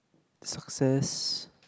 success